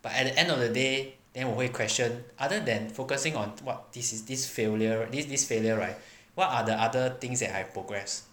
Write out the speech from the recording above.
but at the end of the day then 我会 question other than focusing on what this is this failure this this failure right what are the other things that I progress